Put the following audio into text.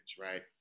right